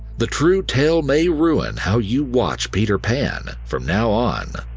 the true tale may ruin how you watch peter pan from now on.